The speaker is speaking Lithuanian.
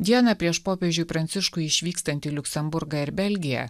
dieną prieš popiežiui pranciškui išvykstant į liuksemburgą ir belgiją